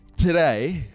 Today